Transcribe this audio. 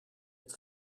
het